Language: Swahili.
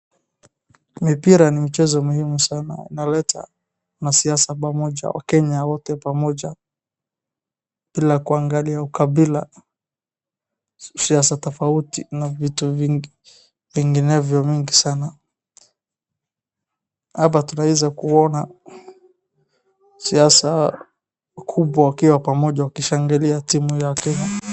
Mipira ni michezo muhimu sana. Unaleta masiasa pamoja wakenya wote pamoja, bila kuangalia ukabila, siasa tofauti na vitu vingi, vinginevyo vingi sana. Hapa tunaweza kuona siasa wakubwa wakiwa pamoja wakishangilia timu ya Kenya.